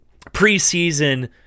preseason